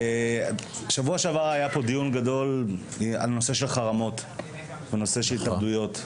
בשבוע שעבר היה פה דיון גדול על נושא של חרמות ושל התאבדויות,